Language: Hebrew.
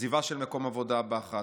עזיבה של מקום עבודה באחת,